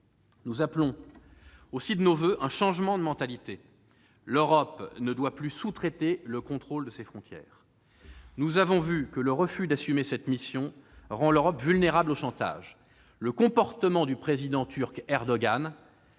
Nous appelons aussi de nos voeux un changement de mentalités. L'Europe ne doit plus sous-traiter le contrôle de ses frontières. Nous avons vu que le refus d'assumer cette mission rend l'Europe vulnérable au chantage. Le comportement du président Erdogan